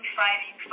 fighting